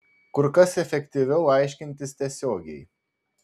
kur kas efektyviau aiškintis tiesiogiai